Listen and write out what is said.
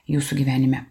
jūsų gyvenime